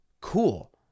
cool